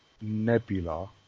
Nebula